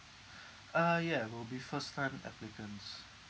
ah ya will be first time applicants